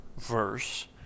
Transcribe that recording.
verse